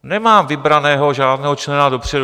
Nemám vybraného žádného člena dopředu.